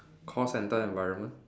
call centre environment